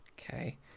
Okay